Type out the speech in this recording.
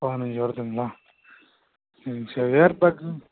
பதினஞ்சு வருதுங்களா ம் சரி ஏர்பேக்கு